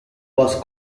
was